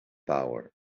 power